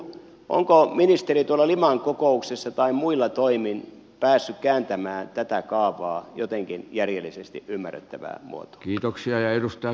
onko ministeri tuolla liman kokouksessa tai muilla toimin päässyt kääntämään tätä kaavaa jotenkin järjellisesti ymmärrettävään muotoon